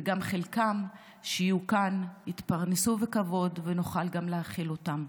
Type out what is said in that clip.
וגם חלקם שיהיו כאן יתפרנסו בכבוד ונוכל גם להכיל אותם.